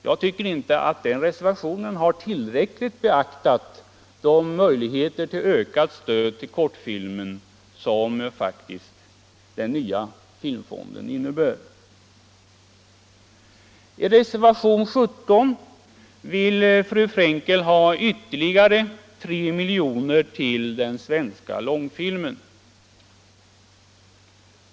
Jag tycker inte att den reservationen tillräckligt har beaktat de möjligheter till ökat stöd åt kortfilmen som den nya filmfonden faktiskt innebär. I reservationen 17 vill fru Frenkel ha ytterligare 3 milj.kr. till den svenska långfilmen.